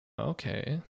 Okay